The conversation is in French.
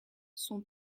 son